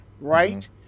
right